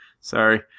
sorry